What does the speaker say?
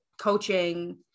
coaching